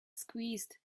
squeezed